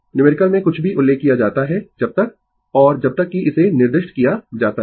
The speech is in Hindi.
न्यूमेरिकल में कुछ भी उल्लेख किया जाता है जब तक और जब तक कि इसे निर्दिष्ट किया जाता है